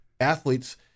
athletes